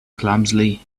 clumsily